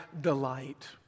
delight